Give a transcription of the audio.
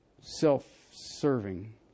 self-serving